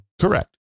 correct